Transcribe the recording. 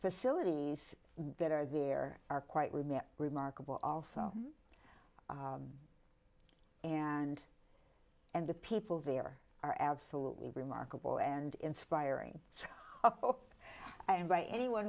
facilities that are there are quite remit remarkable also and and the people there are absolutely remarkable and inspiring and by anyone